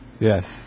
Yes